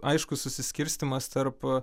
aiškus susiskirstymas tarp